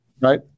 Right